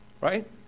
right